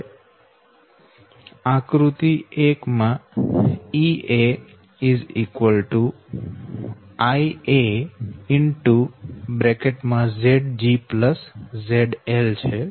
અહી આકૃતિ 1 માં Ea Zg ZL Ia છે